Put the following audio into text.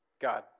God